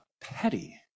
petty